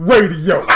Radio